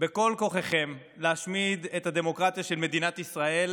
בכל כוחכם להשמיד את הדמוקרטיה של מדינת ישראל,